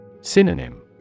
Synonym